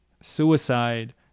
suicide